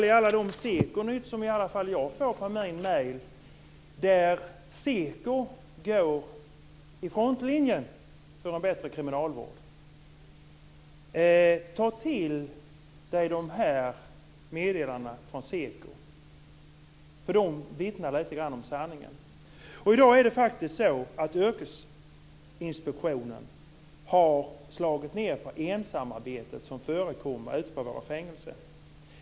I alla de Sekonytt som jag får via mejl framgår det att Seko går i frontlinjen för en bättre kriminalvård. Yilmaz Kerimo ska ta till sig av meddelandena från Seko. De vittnar lite grann om sanningen. Yrkesinspektionen har slagit ned på ensamarbete som förekommer på våra fängelser.